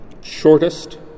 shortest